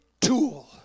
tool